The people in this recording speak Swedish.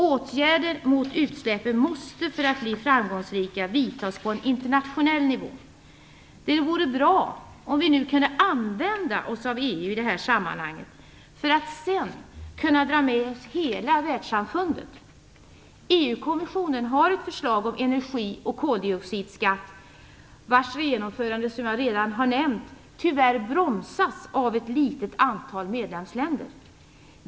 Åtgärder mot utsläppen måste för att bli framgångsrika vidtas på en internationell nivå. Det vore bra om vi nu kunde använda oss av EU i det här sammanhanget, för att sedan kunna dra med oss hela världssamfundet. EU-kommissionen har ju ett förslag om energi och koldioxidskatt, vars genomförande - som jag redan har nämnt - tyvärr bromsas av ett litet antal medlemsländer.